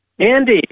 Andy